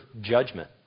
judgment